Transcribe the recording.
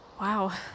Wow